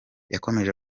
yakomeje